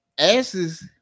Asses